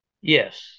yes